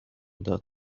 داد